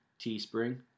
teespring